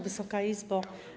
Wysoka Izbo!